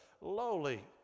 lowly